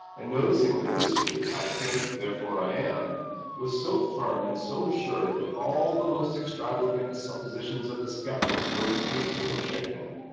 and noticing that this truth i think, therefore i am was so firm and so assured that all the most extravagant suppositions of the skeptics were incapable of shaking it,